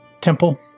temple